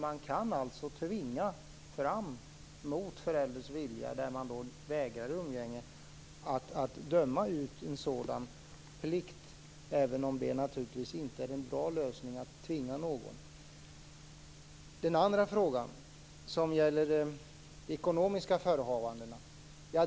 Man kan alltså tvinga fram det här mot förälderns vilja om föräldern vägrar umgänge. Man kan döma ut en sådan plikt, även om det naturligtvis inte är en bra lösning att tvinga någon. Den andra frågan gällde de ekonomiska förutsättningarna.